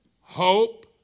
hope